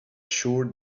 sure